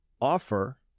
offer